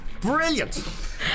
Brilliant